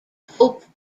hope